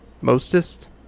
mostest